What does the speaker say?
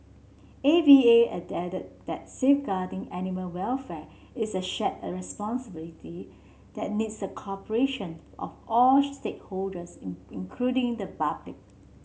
A V A added that safeguarding animal welfare is a shared a responsibility that needs the cooperations of all stakeholders in including the public